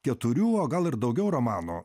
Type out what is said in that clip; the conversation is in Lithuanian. keturių o gal ir daugiau romanų